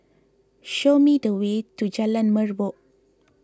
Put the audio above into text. show me the way to Jalan Merbok